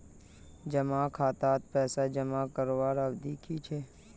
जमा खातात पैसा जमा करवार अवधि की छे?